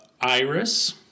Iris